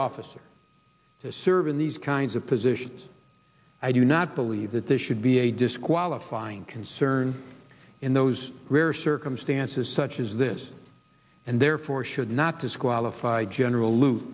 officer to serve in these kinds of positions i do not believe that this should be a disqualifying concern in those rare circumstances such as this and therefore should not disqualify general l